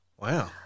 Wow